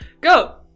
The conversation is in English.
Go